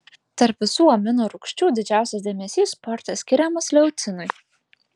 tarp visų amino rūgščių didžiausias dėmesys sporte skiriamas leucinui